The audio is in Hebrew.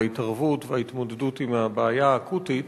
על ההתערבות וההתמודדות עם הבעיה האקוטית.